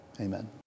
Amen